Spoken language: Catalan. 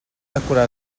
decorar